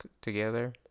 together